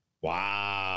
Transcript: Wow